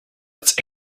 its